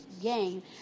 game